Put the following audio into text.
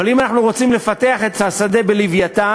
אבל אם אנחנו רוצים לפתח את השדה "לווייתן",